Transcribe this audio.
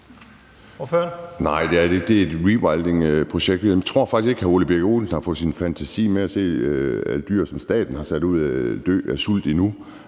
Det var i et rewilding-projekt. Jeg tror faktisk ikke, hr. Ole Birk Olesen har fået sin fantasi med og har set dyr, som staten har sat ud, dø af sult endnu.